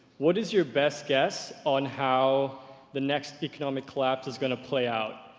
what is your best guess on how the next economic collapse is gonna play out?